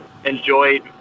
enjoyed